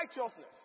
Righteousness